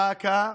דא עקא,